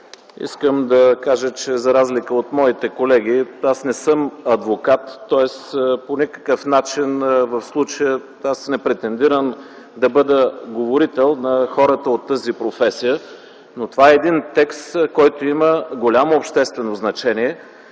Искам да кажа, че за разлика от моите колеги, аз не съм адвокат. В случая аз не претендирам по някакъв начин да бъда говорител на хората от тази професия, но това е един текст, който има голямо обществено значение.